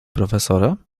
profesora